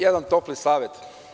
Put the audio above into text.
Jedan topli savet.